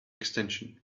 extension